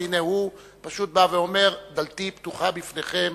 והנה הוא פשוט בא ואומר: דלתי פתוחה בפניכם.